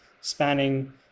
spanning